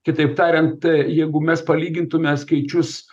kitaip tariant jeigu mes palygintume skaičius